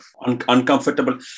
uncomfortable